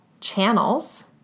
channels